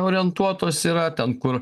orientuotos yra ten kur